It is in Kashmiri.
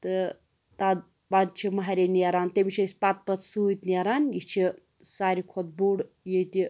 تہٕ تَتھ پَتہٕ چھِ ماہرِنۍ نیران تٔمِس چھِ أسۍ پَتہٕ پَتہٕ سۭتۍ نیران یہِ چھِ ساروٕے کھۄتہٕ بوٚڑ ییٚتہِ